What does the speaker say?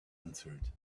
answered